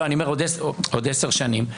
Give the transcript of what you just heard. לא, אני אומר: עוד עשר שנים.